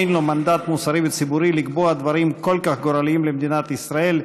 אין לו מנדט מוסרי וציבורי לקבוע דברים כל כך גורליים למדינת ישראל,